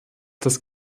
das